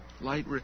Light